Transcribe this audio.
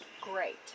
Great